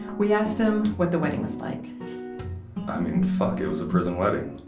we asked him what the wedding was like i mean, fuck, it was a prison wedding.